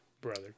Brother